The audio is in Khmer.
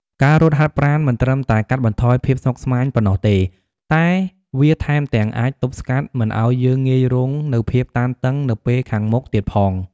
ការរត់ហាតប្រាណមិនត្រឹមតែកាត់បន្ថយភាពស្មុគស្មាញប៉ុណ្ណោះទេ តែវាថែមទាំងអាចទប់ស្កាត់មិនឲ្យយើងងាយរងនូវភាពតានតឹងនៅពេលខាងមុខទៀតផង។